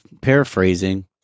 paraphrasing